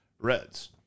Reds